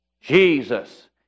Jesus